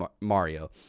Mario